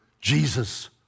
Jesus